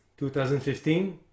2015